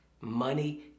money